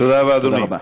תודה רבה.